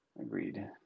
agreed